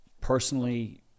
personally